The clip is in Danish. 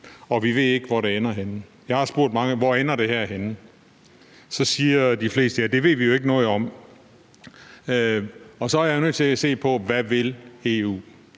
vi ved ikke, hvor det ender henne. Jeg har spurgt mange, hvorhenne det her ender, og de fleste siger så, at det ved de jo ikke noget om. Så er jeg nødt til at se på: Hvad vil EU?